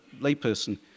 layperson